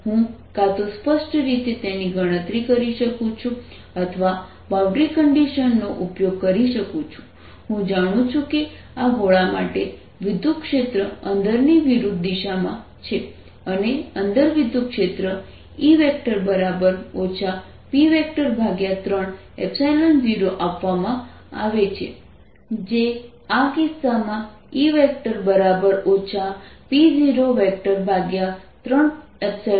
હું કાં તો સ્પષ્ટ રીતે તેની ગણતરી કરી શકું છું અથવા બાઉન્ડ્રી કન્ડિશન નો ઉપયોગ કરી શકું છું હું જાણું છું કે આ ગોળા માટે વિદ્યુતક્ષેત્ર અંદરની વિરુદ્ધ દિશામાં છે અને અંદર વિદ્યુતક્ષેત્ર E P30આપવામાં આવે છે જે આ કિસ્સામાં E P030 z છે